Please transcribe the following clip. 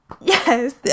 Yes